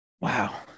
Wow